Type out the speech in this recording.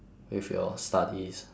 with your studies